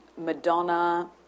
Madonna